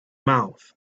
mouth